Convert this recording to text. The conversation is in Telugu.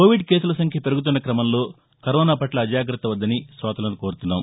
కోవిడ్ కేసులసంఖ్య పెరుగుతున్న క్రమంలో కరోనాపట్ల అజాగ్రత్త వద్దని కోతలను కోరుతున్నాము